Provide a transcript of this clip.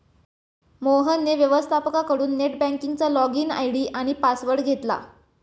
मोहनने व्यवस्थपकाकडून नेट बँकिंगचा लॉगइन आय.डी आणि पासवर्ड घेतला